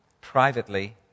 privately